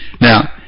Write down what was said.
Now